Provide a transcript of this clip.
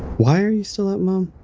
why are you still up, mom?